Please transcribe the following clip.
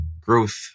growth